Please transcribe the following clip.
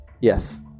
Yes